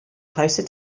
closer